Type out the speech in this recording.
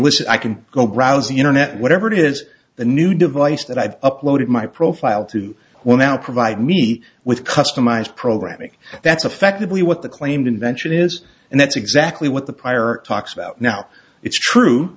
listen i can go browse the internet whatever it is the new device that i've uploaded my profile to will now provide me with customized programming that's affectively what the claimed invention is and that's exactly what the prior talks about now it's true